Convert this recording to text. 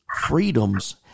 freedoms